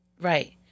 Right